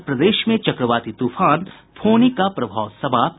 और प्रदेश में चक्रवाती तूफान फोनी का प्रभाव समाप्त